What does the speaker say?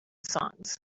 songs